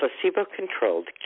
placebo-controlled